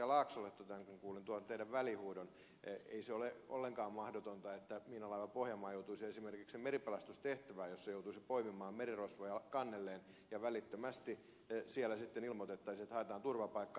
laaksolle totean kun kuulin tuon teidän välihuutonne että ei se ole ollenkaan mahdotonta että miinalaiva pohjanmaa joutuisi esimerkiksi meripelastustehtävään jossa joutuisi poimimaan merirosvoja kannelleen ja välittömästi siellä sitten ilmoitettaisiin että haetaan turvapaikkaa